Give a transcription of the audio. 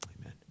amen